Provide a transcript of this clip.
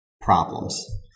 problems